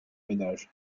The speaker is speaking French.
ménage